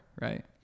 right